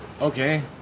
okay